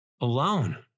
alone